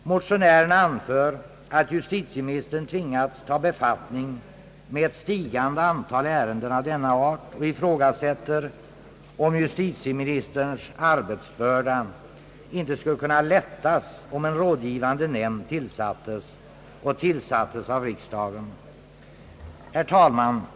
Motionärerna anför att justitieministern tvingats ta befattning med ett stigande antal ärenden av denna art och ifrågasätter om justitieministerns arbetsbörda inte skulle kunna lättas om en rådgivande nämnd tillsattes av riksdagen. Herr talman!